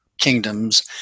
kingdoms